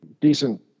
decent